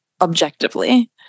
objectively